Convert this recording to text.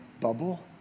bubble